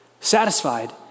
Satisfied